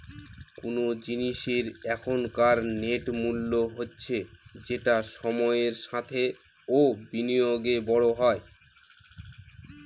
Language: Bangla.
কোন জিনিসের এখনকার নেট মূল্য হচ্ছে যেটা সময়ের সাথে ও বিনিয়োগে বড়ো হয়